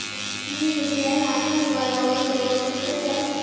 मी UPI माझ्या मोबाईलावर घेवक शकतय काय?